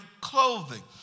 clothing